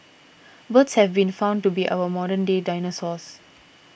birds have been found to be our modern day dinosaurs